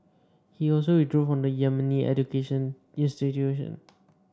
he also withdrew from the Yemeni educational institution